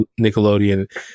Nickelodeon